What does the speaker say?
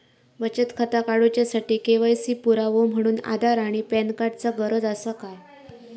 बचत खाता काडुच्या साठी के.वाय.सी पुरावो म्हणून आधार आणि पॅन कार्ड चा गरज आसा काय?